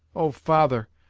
oh! father,